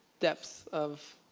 depths of